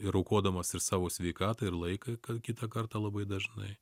ir aukodamas ir savo sveikatą ir laiką kad kitą kartą labai dažnai